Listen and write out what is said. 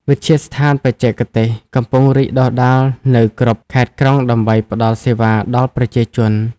វិទ្យាស្ថានបច្ចេកទេសកំពុងរីកដុះដាលនៅគ្រប់ខេត្តក្រុងដើម្បីផ្ដល់សេវាដល់ប្រជាជន។